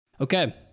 Okay